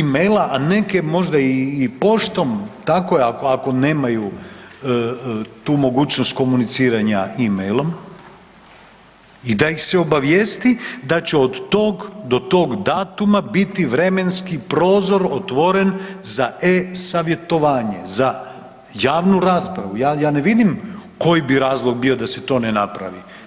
e-maila, a neke možda i poštom, tako je, ako nemaju tu mogućnost komuniciranja e-mailom i da ih se obavijesti da će od tog do tog datuma biti vremenski prozor otvoren za e-Savjetovanje, za javnu raspravu, ja ne vidim koji bi razlog bio da se to ne napravi.